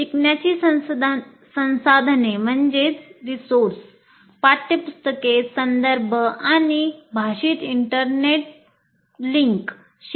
शिकण्याची संसाधने पाठ्यपुस्तके संदर्भ आणि भाष्यित इंटरनेट दुवे बनवतात